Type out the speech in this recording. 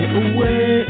away